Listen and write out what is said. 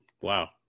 Wow